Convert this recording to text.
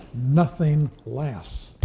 nothing lasts.